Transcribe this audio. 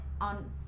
on